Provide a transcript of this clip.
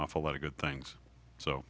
awful lot of good things so